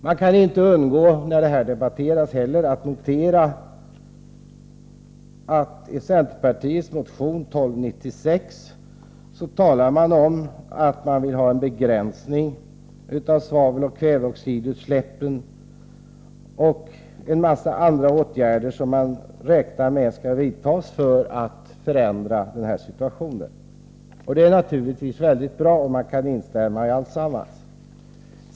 När denna fråga debatteras kan jag inte heller undgå att notera att det i centerpartiets motion 1296 talas om att man vill ha en begränsning av svaveloch kväveoxidutsläppen och en massa andra åtgärder som man räknar med skall vidtas för att förändra denna situation. Det är naturligtvis väldigt bra, och jag kan instämma i alltsammans.